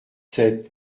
sept